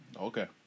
Okay